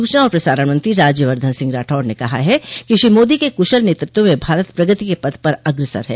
सूचना और प्रसारण मंत्री राज्य वद्वन सिंह राठौड़ ने कहा है कि श्री मोदी के कुशल नेतृत्व में भारत प्रगति के पथ पर अग्रसर है